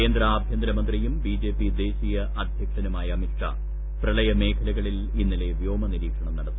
കേന്ദ്ര ആഭ്യന്തര മന്ത്രിയും ബിജെപി ദേശീയ് അധ്യക്ഷനുമായ അമിത് ഷാ പ്രളയമേഖലകളിൽ ഇന്നലെ വ്യോമനിരീക്ഷണം നടത്തി